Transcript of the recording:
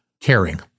caring